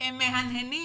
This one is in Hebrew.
הם מהנהנים